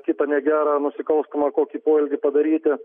kitą negerą nusikalstamą kokį poelgį padaryti